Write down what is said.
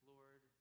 Lord